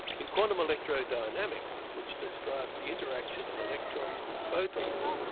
in quantum electrodynamics, which describes the interaction of electrons with photons,